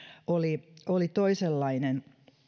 oli sitten toisenlainen